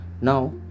Now